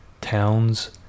towns